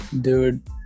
Dude